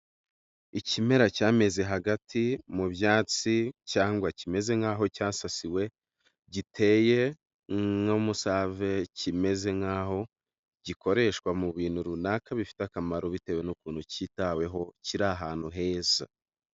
Ikimera cyameze hagati mu byatsi cyangwa kimeze nk'aho cyasasiwe giteye nkumusave kimeze nk'aho gikoreshwa mu bintu runaka bifite akamaro bitewe n'ukuntu kitaweho kiria hantu heza.